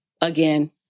again